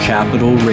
Capital